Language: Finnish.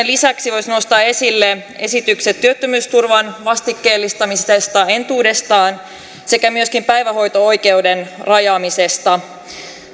lisäksi voisi nostaa esille esitykset työttömyysturvan vastikkeellistamisesta entuudestaan sekä myöskin päivähoito oikeuden rajaamisesta